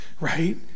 right